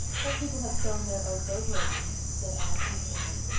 but people have sown their oats over again, said anne comfortingly,